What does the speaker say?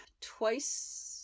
twice